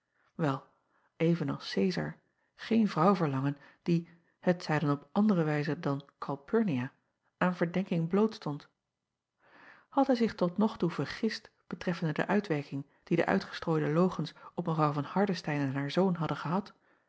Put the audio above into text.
wel even als ezar geen vrouw verlangen die t zij dan op andere wijze dan alpurnia aan verdenking blootstond ad hij zich tot nog toe vergist betreffende de uitwerking die de uitgestrooide logens op w van ardestein en haar zoon hadden gehad